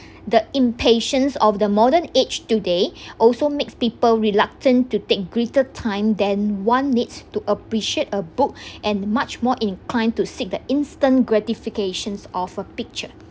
the impatience of the modern age today also makes people reluctant to take greater time than one needs to appreciate a book and much more inclined to seek that instant gratifications of a picture